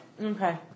Okay